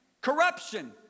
corruption